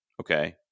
Okay